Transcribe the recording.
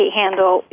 handle